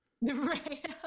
right